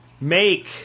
make